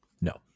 No